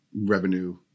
revenue